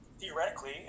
theoretically